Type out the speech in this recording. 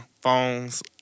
phones